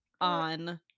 on